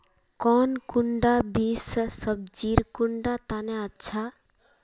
कौन कुंडा बीस सब्जिर कुंडा तने अच्छा?